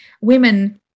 women